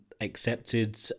accepted